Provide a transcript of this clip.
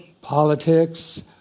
politics